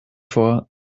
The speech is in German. vor